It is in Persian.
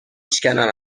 شکنم